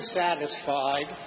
satisfied